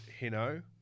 Hino